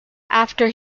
after